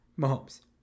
Mahomes